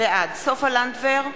בעד סופה לנדבר,